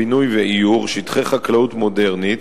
בינוי ועיור: שטחי חקלאות מודרנית